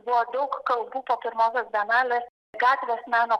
buvo daug kalbų pirmosios bienalės gatvės meno